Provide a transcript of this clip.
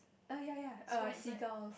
oh ya ya err seagulls